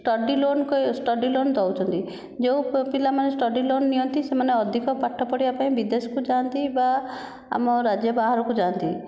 study loan study loan ଦେଉଛନ୍ତି ଯେଉଁ ପିଲାମାନେ ଷ୍ଟଡ଼ି ଲୋନ ନିଅନ୍ତି ସେମାନେ ଅଧିକ ପାଠ ପଢ଼ିବା ପାଇଁ ବିଦେଶକୁ ଯାଆନ୍ତି ବା ଆମ ରାଜ୍ୟ ବାହାରକୁ ଯାଆନ୍ତି